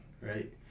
Right